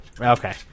Okay